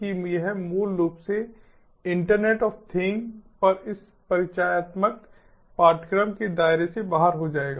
कि यह मूल रूप से इंटरनेट ऑफ़ थिंग्स पर इस परिचयात्मक पाठ्यक्रम के दायरे से बाहर हो जाएगा